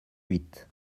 huit